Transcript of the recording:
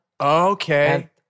Okay